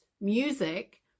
music